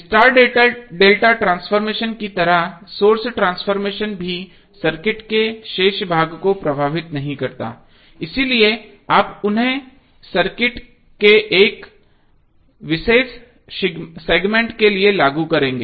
star delta transformation की तरह source transformation भी सर्किट के शेष भाग को प्रभावित नहीं करता है इसलिए आप उन्हें सर्किट के एक विशेष सेगमेंट के लिए लागू करेंगे